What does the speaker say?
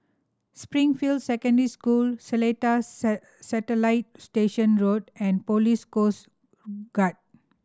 Springfield Secondary School Seletar Satellite Station Road and Police Coast Guard